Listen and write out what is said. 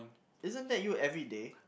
isn't that you everyday